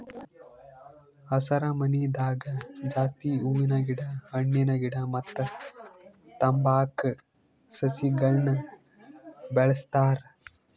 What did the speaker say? ಹಸರಮನಿದಾಗ ಜಾಸ್ತಿ ಹೂವಿನ ಗಿಡ ಹಣ್ಣಿನ ಗಿಡ ಮತ್ತ್ ತಂಬಾಕ್ ಸಸಿಗಳನ್ನ್ ಬೆಳಸ್ತಾರ್